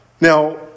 Now